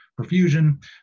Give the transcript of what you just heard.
perfusion